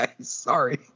Sorry